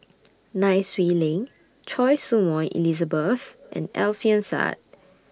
Nai Swee Leng Choy Su Moi Elizabeth and Alfian Sa'at